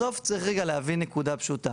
בסוף צריך רגע להבין נקודה פשוטה.